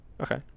okay